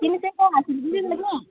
तिमी चाहिँ कहाँ सिलगढी जाने